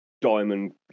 diamond